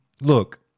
look